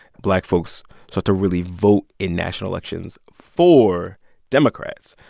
black folks start to really vote in national elections for democrats.